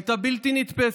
היו בלתי נתפסות,